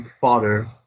father